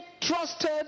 trusted